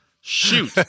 Shoot